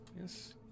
yes